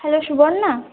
hello Suborna